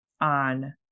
on